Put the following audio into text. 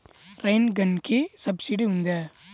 Rain గన్కి subsidy ఉందా?